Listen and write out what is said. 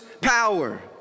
power